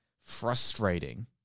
frustrating